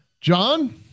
John